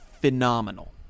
phenomenal